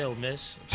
Miss